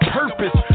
purpose